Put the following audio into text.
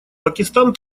пакистан